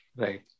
Right